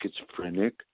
schizophrenic